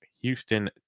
Houston